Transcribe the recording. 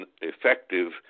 effective